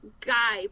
guy